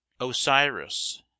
Osiris